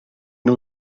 nhw